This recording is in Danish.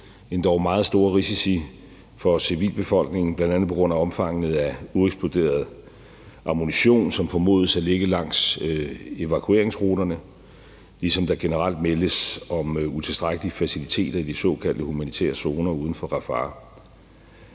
endog meget store risici for civilbefolkningen, bl.a. på grund af omfanget af ueksploderet ammunition, som formodes at ligge langs evakueringsruterne, ligesom der generelt meldes om utilstrækkelige faciliteter i de såkaldte humanitære zoner uden for Rafah.